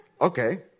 okay